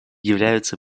являются